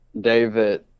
David